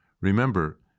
Remember